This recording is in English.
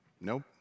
Nope